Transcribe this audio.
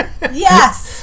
Yes